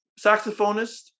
saxophonist